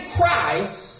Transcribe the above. Christ